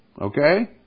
Okay